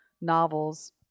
novels